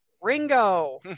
Ringo